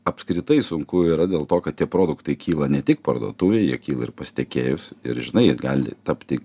apskritai sunku yra dėl to kad tie produktai kyla ne tik parduotuvėj jie kyla ir pas tiekėjus ir žinai gali tapti